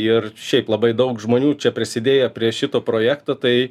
ir šiaip labai daug žmonių čia prisidėję prie šito projekto tai